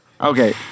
Okay